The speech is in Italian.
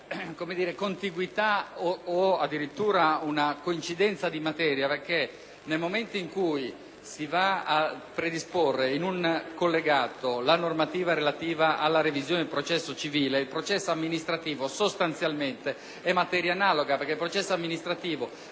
una contiguità o addirittura una coincidenza di materia: nel momento in cui si predispone in un collegato la normativa relativa alla revisione del processo civile, il processo amministrativo, sostanzialmente, è materia analoga, in quanto disciplina